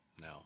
no